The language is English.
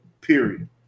period